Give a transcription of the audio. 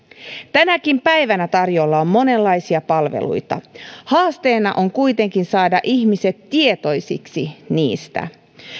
tänäkin päivänä tarjolla on monenlaisia palveluita haasteena on kuitenkin saada ihmiset tietoisiksi niistä